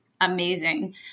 amazing